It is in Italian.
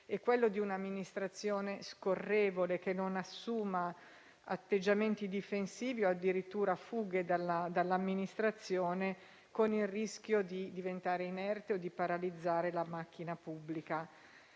con quello di un'amministrazione scorrevole, che non assuma atteggiamenti difensivi o addirittura fughe, con il rischio di diventare inerte o di paralizzare la macchina pubblica.